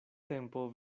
tempo